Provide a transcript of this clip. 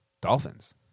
Dolphins